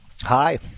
Hi